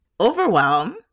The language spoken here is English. overwhelm